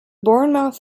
bournemouth